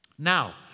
Now